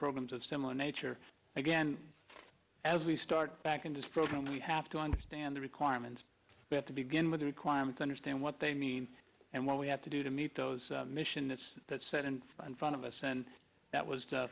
programs of similar nature again as we start back in this program we have to understand the requirements to begin with requirements understand what they mean and what we have to do to meet those mission that's that set and in front of us and that was